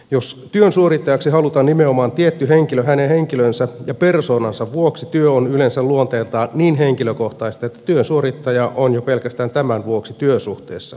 jos työn suorittajaksi halutaan nimenomaan tietty henkilö hänen henkilönsä ja persoonansa vuoksi työ on yleensä luonteeltaan niin henkilökohtaista että työn suorittaja on jo pelkästään tämän vuoksi työsuhteessa